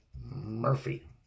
Murphy